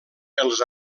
els